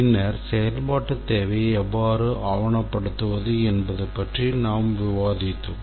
பின்னர் செயல்பாட்டுத் தேவையை எவ்வாறு ஆவணப்படுத்துவது என்பது பற்றி நாங்கள் விவாதித்தோம்